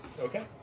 Okay